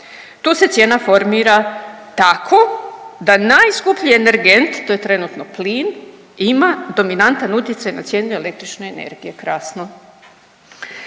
Tu se cijena formira tako da najskuplji energent t je trenutno plin ima dominantan utjecaj na cijenu električne energije. Krasno!